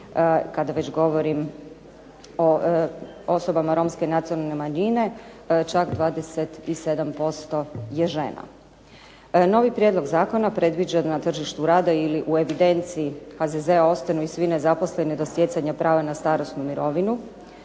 kad već govorim o osobama romske nacionalne manjine, čak 27% je žena. Novi prijedlog zakona predviđa na tržištu rada ili u evidenciji HZZ-a da ostanu i svi nezaposleni do stjecanja prava na starosnu mirovinu.